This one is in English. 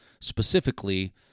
specifically